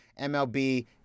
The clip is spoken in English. MLB